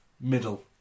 Middle